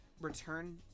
return